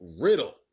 Riddle